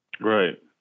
Right